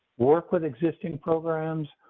work with existing programs,